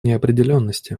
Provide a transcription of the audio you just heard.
неопределенности